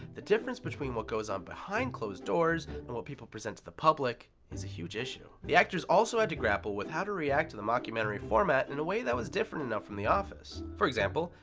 the difference between what goes on behind closed doors and what people present to the public is a huge issue. the actors also had to grapple with how to react to the mockumentary format in a way that was different enough from the office. for example,